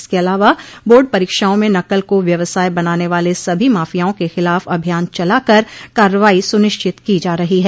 इसके अलावा बोर्ड परीक्षाआ में नकल को व्यवसाय बनाने वाले सभी माफियाओं के खिलाफ अभियान चला कर कार्रवाई सुनिश्चित की जा रही है